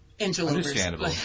Understandable